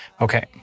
Okay